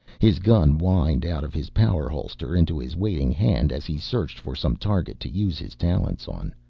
his gun whined out of his power holster into his waiting hand as he searched for some target to use his talents on.